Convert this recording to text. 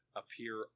appear